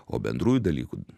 o bendrųjų dalykų